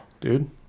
dude